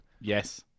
Yes